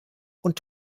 und